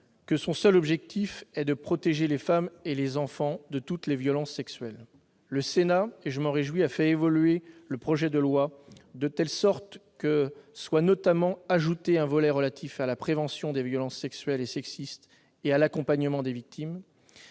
que son seul objectif est de protéger les femmes et les enfants de toutes les violences sexuelles. Le Sénat- je m'en réjouis -a fait évoluer le projet de loi, de telle sorte que soit notamment ajouté un volet relatif à la prévention des violences sexuelles et sexistes et à l'accompagnement des victimes.